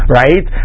right